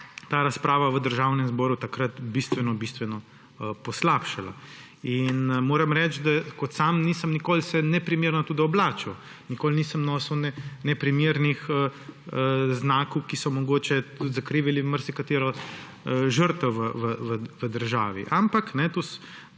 ta razprava v Državnem zboru takrat bistveno bistveno poslabšala. Moram reči, da sam se nisem nikoli neprimerno tudi oblačil, nikoli nisem nosil neprimernih znakov, ki so mogoče zakrivili marsikatero žrtev v državi. Ampak to